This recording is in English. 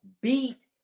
Beat